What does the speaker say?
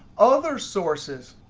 other sources.